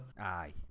Aye